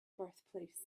birthplace